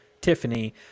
Tiffany